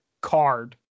card